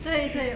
对对